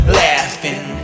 laughing